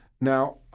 Now